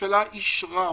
שהממשלה אישרה אותו.